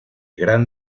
gran